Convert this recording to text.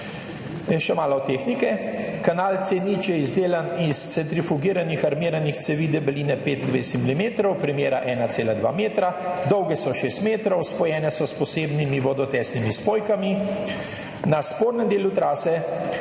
še malo tehnike. Kanal C0 je izdelan iz centrifugiranih armiranih cevi debeline 25 centimetrov, premera 1,2 metra, dolge so 6 metrov, spojene so s posebnimi vodotesnimi spojkami, na spodnjem delu trase